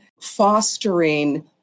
fostering